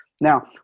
Now